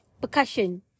percussion